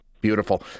Beautiful